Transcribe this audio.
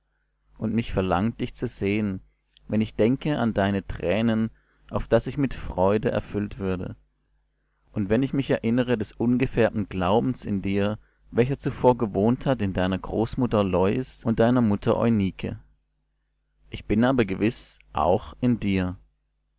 und mich verlangt dich zu sehen wenn ich denke an deine tränen auf daß ich mit freude erfüllt würde und wenn ich mich erinnere des ungefärbten glaubens in dir welcher zuvor gewohnt hat in deiner großmutter lois und deiner mutter eunike ich bin aber gewiß auch in dir